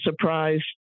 surprised